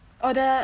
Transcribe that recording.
oh the